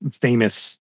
famous